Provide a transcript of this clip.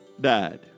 died